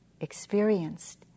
experienced